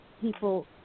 people